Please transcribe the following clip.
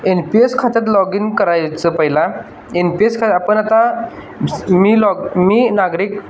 N P S खात्यात log in करायचं पहिला एन पी एस खात्यात आपण आता मी लॉग मी नागरिक